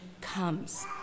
comes